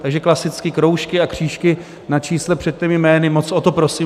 Takže klasicky kroužky a křížky na čísle před těmi jmény, moc o to prosím.